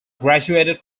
graduated